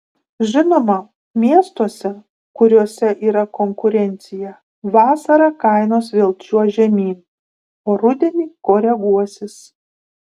žinoma miestuose kuriuose yra konkurencija vasarą kainos vėl čiuoš žemyn o rudenį koreguosis